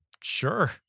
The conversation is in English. Sure